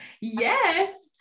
yes